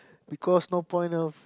because no point of